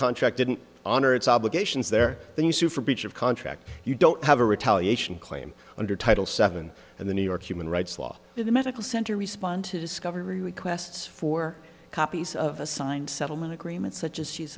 contract didn't honor its obligations there then you sue for breach of contract you don't have a retaliation claim under title seven and the new york human rights law the medical center respond to discovery requests for copies of a signed settlement agreement such as she's